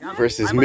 versus